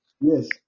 Yes